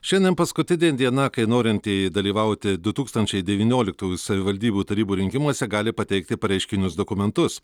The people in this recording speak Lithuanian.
šiandien paskutinė diena kai norintieji dalyvauti du tūkstančiai devynioliktųjų savivaldybių tarybų rinkimuose gali pateikti pareiškinius dokumentus